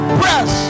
press